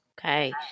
Okay